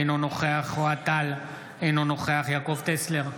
אינו נוכח אוהד טל, אינו נוכח יעקב טסלר,